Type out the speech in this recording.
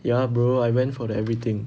ya bro I went for the everything